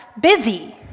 busy